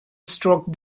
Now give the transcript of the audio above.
stock